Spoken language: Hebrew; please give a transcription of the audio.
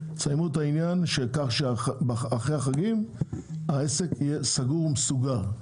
כך שאחרי החגים העסק יהיה סגור ומסוגר,